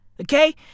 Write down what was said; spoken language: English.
Okay